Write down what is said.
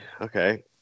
okay